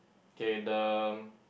okay the